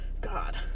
god